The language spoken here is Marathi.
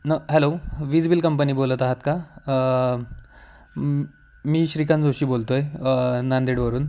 न हॅलो विज बिल कंपनी बोलत आहात का मी श्रीकांत जोशी बोलतोय नांदेडवरून